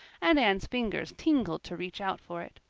and anne's fingers tingled to reach out for it.